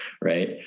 Right